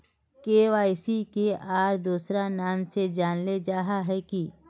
KYC के आर दोसरा नाम से जानले जाहा है की?